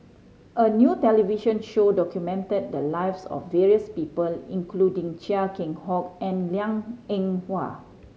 a new television show documented the lives of various people including Chia Keng Hock and Liang Eng Hwa